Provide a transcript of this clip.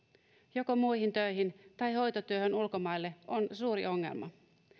joko muihin töihin tai hoitotyöhön ulkomaille on suuri ongelma